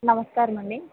నమస్కారమండి